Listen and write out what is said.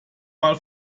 mal